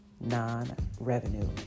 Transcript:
non-revenue